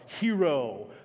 hero